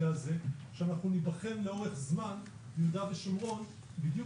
שאנחנו ניבחן לאורך זמן ביהודה ושומרון בדיוק